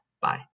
Bye